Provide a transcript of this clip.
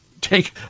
take